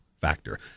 factor